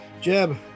Jeb